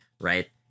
right